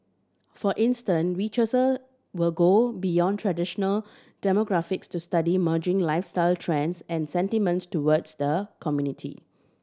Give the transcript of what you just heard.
for instance researcher will go beyond traditional demographics to study emerging lifestyle trends and sentiments towards the community